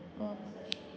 mm